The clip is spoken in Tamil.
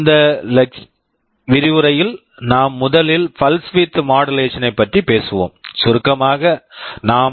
இந்த விரிவுரையில் நாம் முதலில் pulse width modulation pulse width modulation ஐப் பற்றி பேசுவோம் சுருக்கமாக நாம் பி